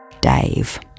Dave